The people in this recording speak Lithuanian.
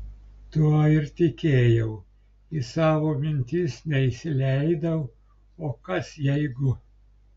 tuo ir tikėjau į savo mintis neįsileidau o kas jeigu